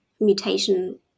mutation